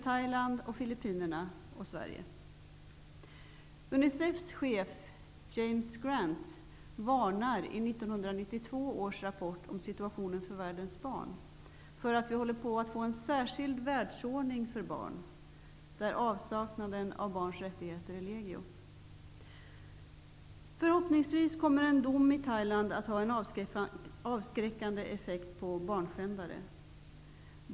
Thailand, Grant varnar i 1992 års rapport om situationen för världens barn för att vi håller på att få en särskild världsordning för barn där avsaknaden av barns rättigheter är legio. Förhoppningsvis kommer en dom i Thailand att ha en avskräckande effekt på barnskändare.